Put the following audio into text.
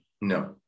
No